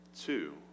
Two